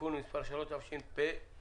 (תיקון מס' 3), התשפ"א.